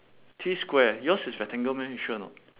three square yours is rectangle meh you sure or not